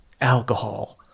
alcohol